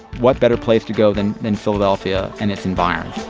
what better place to go than than philadelphia and its environs?